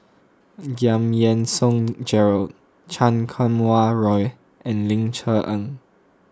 Giam Yean Song Gerald Chan Kum Wah Roy and Ling Cher Eng